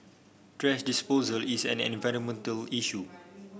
thrash disposal is an environmental issue